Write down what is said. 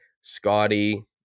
Scotty